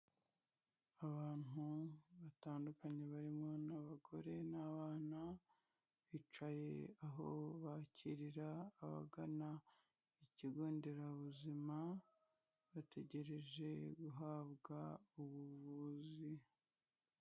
Abantu batandukanye barimo n'abagore n'abana, bicaye aho bakirira abagana ikigo nderabuzima bategereje guhabwa ubuvuzi.